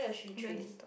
really